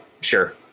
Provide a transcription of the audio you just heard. sure